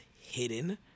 hidden